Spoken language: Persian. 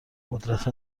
قدرت